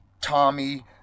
Tommy